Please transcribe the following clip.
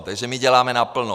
Takže mi děláme naplno.